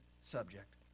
subject